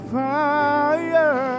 fire